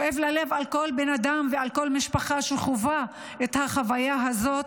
כואב הלב על כל בן אדם ועל כל משפחה שחווה את החוויה הזאת.